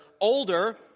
older